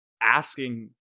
asking